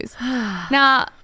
Now